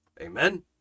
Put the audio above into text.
amen